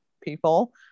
people